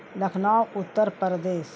Lucknow Uttar Pradesh